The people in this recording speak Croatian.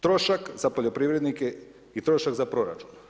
Trošak za poljoprivrednike i trošak za proračun?